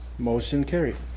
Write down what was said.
motion carried.